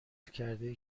کرده